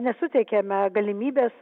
nesuteikiame galimybės